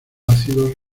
ácidos